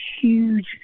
huge